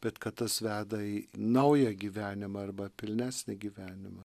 bet kad tas veda į naują gyvenimą arba pilnesnį gyvenimą